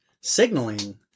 signaling